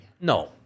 No